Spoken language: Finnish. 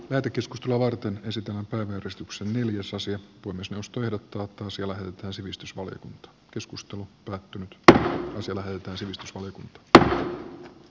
tätä keskustelua varten ja sitä on tarkastuksen jossa se on myös nosturi tuo posiolla ja sivistysvaliokunta keskustelu päättynyt d tämäkin kuin ei mitään